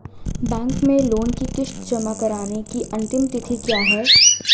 Bank में loan की किश्त जमा कराने की अंतिम तिथि क्या है?